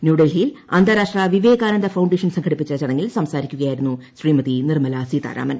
ന്യൂഡൽഹിയിൽ അന്താരാഷ്ട്ര വിവേകാനന്ദ ഫൌണ്ടേഷൻ സംഘടിപ്പിച്ചു ചടങ്ങിൽ സംസാരിക്കുയായിരുന്നു ശ്രീമതി നിർമ്മലാ സീതാരാമൻ